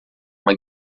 uma